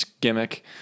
gimmick